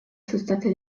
sustatzen